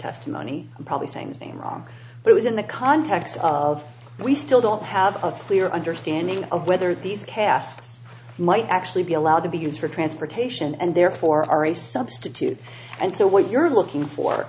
testimony probably same thing wrong it was in the context of we still don't have a clear understanding of whether these casts might actually be allowed to be used for transportation and therefore are a substitute and so what you're looking for